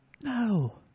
No